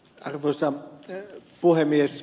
arvoisa puhemies